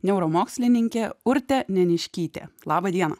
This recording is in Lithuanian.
neuromokslininkė urtė neniškytė laba diena